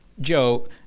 Joe